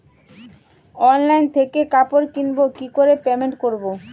Online থেকে কাপড় কিনবো কি করে পেমেন্ট করবো?